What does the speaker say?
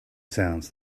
sounds